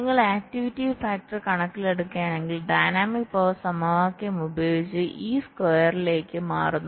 നിങ്ങൾ activity factor കണക്കിലെടുക്കുകയാണെങ്കിൽ dynamic power സമവാക്യം ഈ സ്ക്വയറിലേക് മാറുന്നു